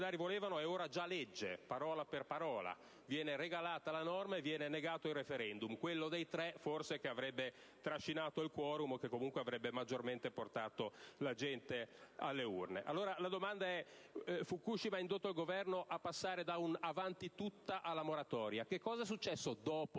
la tragedia di Fukushima ha indotto il Governo a passare da un «avanti tutta» alla moratoria; che cosa è accaduto dopo